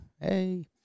Hey